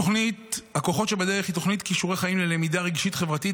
תוכנית "הכ"חות שבדרך" היא תוכנית כישורי חיים ללמידה רגשית-חברתית,